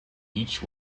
each